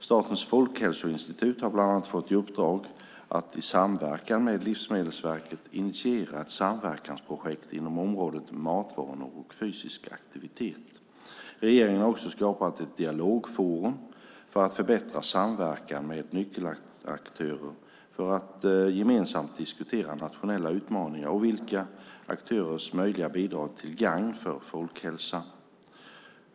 Statens folkhälsoinstitut har bland annat fått i uppdrag att i samverkan med Livsmedelsverket initiera ett samverkansprojekt inom området matvanor och fysisk aktivitet. Regeringen har också skapat ett dialogforum för att förbättra samverkan med nyckelaktörer för att gemensamt diskutera nationella utmaningar och olika aktörers möjliga bidrag till gagn för folkhälsan.